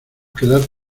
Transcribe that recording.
quedar